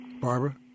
Barbara